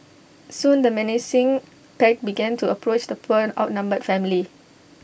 soon the menacing pack began to approach the poor outnumbered family